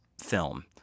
film